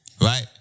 Right